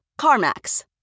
CarMax